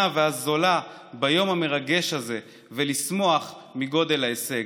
והזולה ביום המרגש הזה ולשמוח מגודל ההישג.